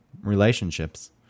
relationships